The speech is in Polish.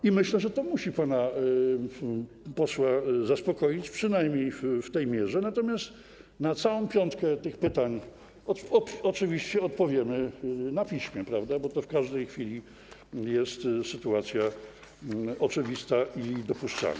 I myślę, że to musi pana posła zaspokoić przynajmniej w tej mierze, natomiast na całą piątkę tych pytań oczywiście odpowiemy na piśmie, bo to w każdej chwili jest oczywiste i dopuszczalne.